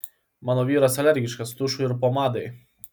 mano vyras alergiškas tušui ir pomadai